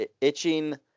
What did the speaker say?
itching